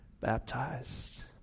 baptized